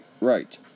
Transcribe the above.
right